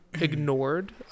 ignored